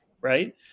right